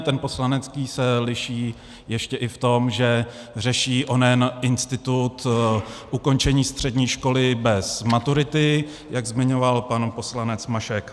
Ten poslanecký se liší ještě i v tom, že řeší onen institut ukončení střední školy bez maturity, jak zmiňoval pan poslanec Mašek.